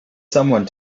someone